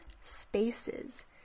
spaces